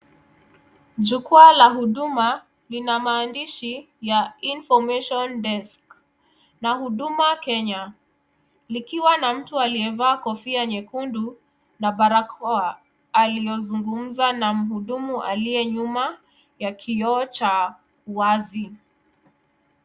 Jukwaa la huduma lina maandishi ya Information Desk na Huduma Centre, likiwa na mtu aliyevaa kofia nyekundu na barakoa, aliozungumza na mhudumu aliye nyuma ya kioo cha wazi.